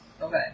Okay